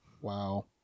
Wow